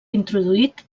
introduït